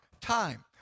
time